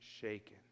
shaken